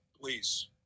Please